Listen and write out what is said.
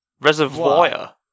Reservoir